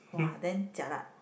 [wah] then jialat